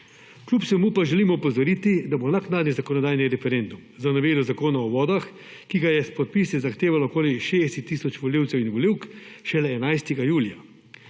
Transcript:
Kljub vsemu pa želim opozoriti, da bo naknadni zakonodajni referendum za Novelo Zakona o vodah, ki ga je s podpisi zahtevalo okoli 60 tisoč volivcev in volivk šele 11. julija.